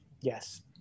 yes